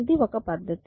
ఇది ఒక పద్ధతి